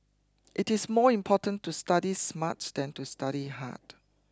it is more important to study smart than to study hard